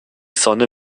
sonne